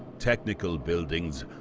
technical buildings,